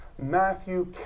Matthew